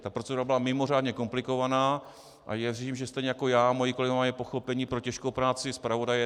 Ta procedura byla mimořádně komplikovaná a věřím, že stejně jako já moji kolegové mají pochopení pro těžkou práci zpravodaje.